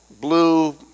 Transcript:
blue